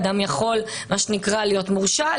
אדם יכול להיות מורשע,